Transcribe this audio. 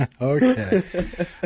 Okay